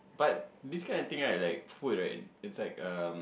but this kind of thing right like food right it's like um